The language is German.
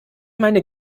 meine